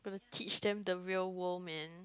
teach them the real world man